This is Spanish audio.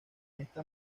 esta